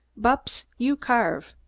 bupps, you carve!